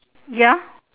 ya